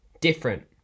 Different